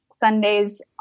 Sundays